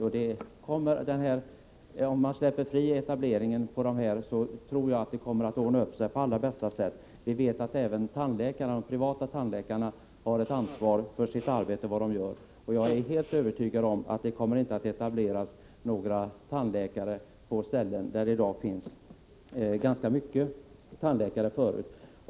Om man släpper etableringen fri tror jag att det kommer att ordna sig på allra bästa sätt. Vi vet att även de privata tandläkarna tar ett ansvar för sitt arbete och för vad de gör. Jag är helt övertygad om att det inte kommer att etableras några tandläkare på ställen där det förut finns ganska många.